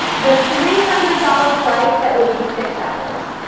the three hundred dollars flight that would be six hours?